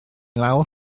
lawr